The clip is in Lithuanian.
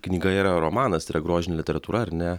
knyga yra romanas tai yra grožinė literatūra ar ne